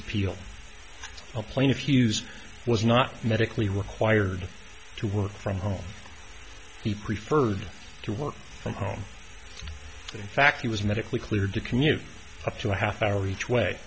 appeal a plane a fuse was not medically required to work from home he preferred to work from home in fact he was medically cleared to commute up to a half hour each way